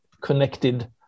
connected